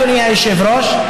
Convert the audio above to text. אדוני היושב-ראש,